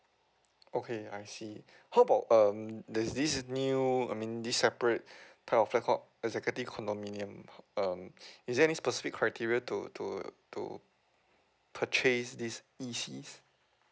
okay I see how about um there's this new I mean this separate type of flat called executive condominium um is there any specific criteria to to to to purchase this E_Cs